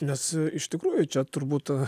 nes iš tikrųjų čia turbūt